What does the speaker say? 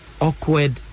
awkward